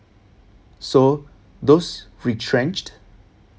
so those retrenched